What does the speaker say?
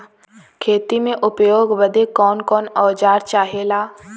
खेती में उपयोग बदे कौन कौन औजार चाहेला?